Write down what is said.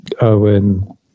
Owen